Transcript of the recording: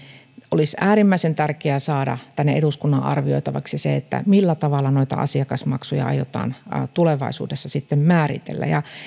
olisi äärimmäisen tärkeää saada tänne eduskunnan arvioitavaksi se millä tavalla asiakasmaksuja aiotaan tulevaisuudessa määritellä